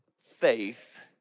faith